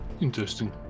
Interesting